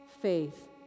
faith